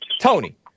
Tony